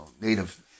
native